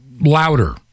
louder